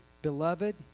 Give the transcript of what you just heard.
Beloved